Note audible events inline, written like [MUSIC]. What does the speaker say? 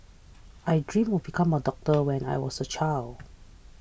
I dreamt of becoming a doctor when I was a child [NOISE]